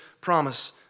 promise